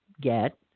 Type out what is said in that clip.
get